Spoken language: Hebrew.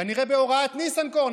כנראה בהוראת ניסנקורן,